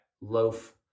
loaf